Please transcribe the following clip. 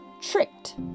tricked